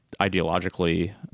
ideologically